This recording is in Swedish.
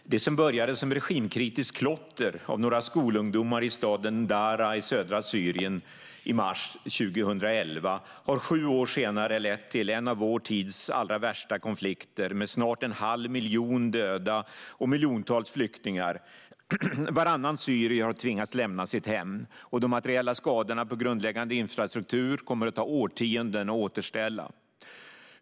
Fru talman! Det som började som regimkritiskt klotter av några skolungdomar i staden Daraa i södra Syrien i mars 2011 har sju år senare lett till en av vår tids allra värsta konflikter med snart en halv miljon döda och miljontals flyktingar. Varannan syrier har tvingats lämna sitt hem, och de materiella skadorna på grundläggande infrastruktur kommer att ta årtionden att återställa.